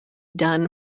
done